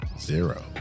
zero